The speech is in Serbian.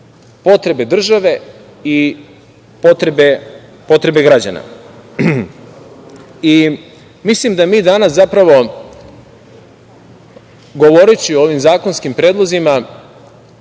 potrebe države i potrebe građana. Mislim da mi danas zapravo, govoreći o ovom zakonskim predlozima,